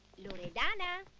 loredana?